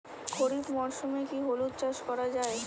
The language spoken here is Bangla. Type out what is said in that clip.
খরিফ মরশুমে কি হলুদ চাস করা য়ায়?